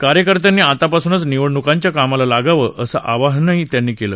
कार्यकर्त्यांनी तापासूनच निवडण्कांच्या कामाला लागावं असं वाहन त्यांनी केलं